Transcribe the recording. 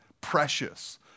precious